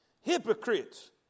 hypocrites